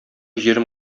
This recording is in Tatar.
җирем